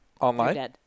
online